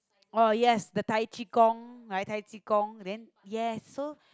oh yes the Tai-qi-gong right Tai-qi-gong then yes so